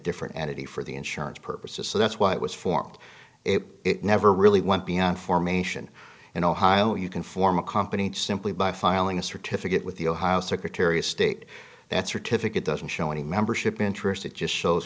different entity for the insurance purposes so that's why it was formed it never really went beyond formation in ohio you can form a company simply by filing a certificate with the ohio secretary of state that certificate doesn't show any membership interest it just shows